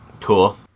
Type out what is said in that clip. Cool